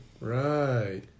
Right